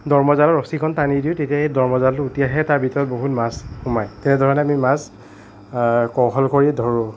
দৰ্মজালৰ ৰছিখন টানি দিওঁঁ তেতিয়া সেই দৰ্মজালটো উঠি আহে তাৰ ভিতৰত বহুত মাছ সোমায় তেনেধৰণে আমি মাছ কৌশল কৰি ধৰোঁ